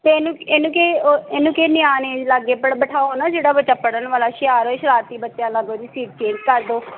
ਅਤੇ ਇਹਨੂੰ ਇਹਨੂੰ ਕਿਹੇ ਉਹ ਇਹਨੂੰ ਕਿਸੇ ਨਿਆਣੇ ਲਾਗੇ ਪੜ੍ਹ ਬਿਠਾਓ ਨਾ ਜਿਹੜਾ ਬੱਚਾ ਪੜ੍ਹਨ ਵਾਲਾ ਹੁਸ਼ਿਆਰ ਹੋਵੇ ਸ਼ਰਾਰਤੀ ਬੱਚਿਆਂ ਲਾਗਿਓਂ ਇਹਦੀ ਸੀਟ ਚੇਂਜ ਕਰ ਦਿਓ